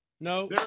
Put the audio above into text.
No